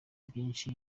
byinshi